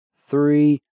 three